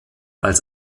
als